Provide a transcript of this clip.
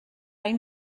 ein